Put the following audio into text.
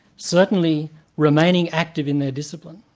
certainly remaining active in their discipline,